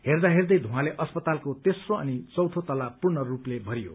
हेर्दा हेर्दै धूवाँले अस्पतालको तेम्रो अनि चौथो तल्ला पूर्णस्पते भरियो